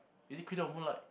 is it cradle of moonlight